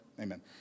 Amen